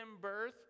birth